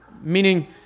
Meaning